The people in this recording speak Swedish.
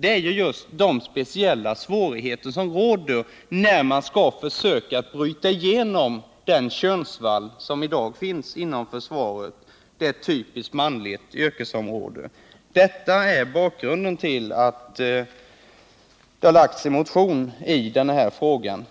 är de speciella svårigheter som råder när man skall försöka bryta igenom den könsvall som i dag finns inom försvaret; det är ett typiskt manligt yrkesområde. Detta är bakgrunden till att det väckts en motion i denna fråga.